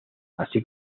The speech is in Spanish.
así